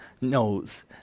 knows